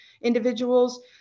individuals